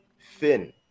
thin